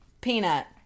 Peanut